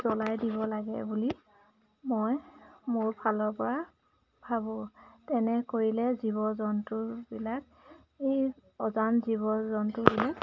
জ্বলাই দিব লাগে বুলি মই মোৰ ফালৰ পৰা ভাবোঁ তেনে কৰিলে জীৱ জন্তুবিলাক এই অজান জীৱ জন্তুবিলাক